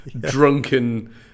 drunken